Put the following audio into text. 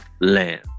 Land